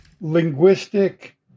linguistic